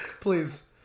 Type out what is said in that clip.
please